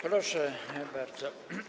Proszę bardzo.